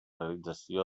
realització